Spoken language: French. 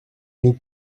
nous